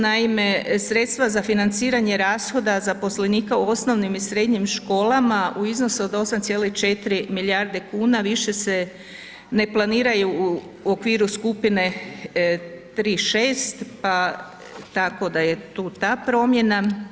Naime, sredstva za financiranje rashoda zaposlenika u osnovnim i srednjim školama u iznosu od 8,4 milijarde kuna više se ne planiraju u okviru skupine tri šest pa tako da je tu ta promjena.